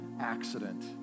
accident